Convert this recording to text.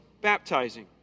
baptizing